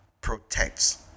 protects